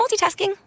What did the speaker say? multitasking